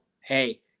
hey